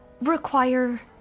require